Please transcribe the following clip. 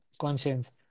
conscience